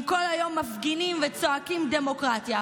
אם כל היום מפגינים וצועקים "דמוקרטיה"?